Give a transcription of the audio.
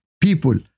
people